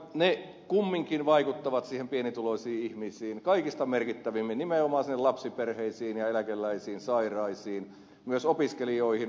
ne kumminkin vaikuttavat pienituloisiin ihmisiin kaikista merkittävimmin nimenomaan sinne lapsiperheisiin ja eläkeläisiin sairaisiin myös opiskelijoihin